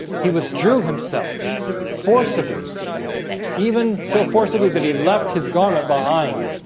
he withdrew himself forcibly even so forcibly but he left his garment behind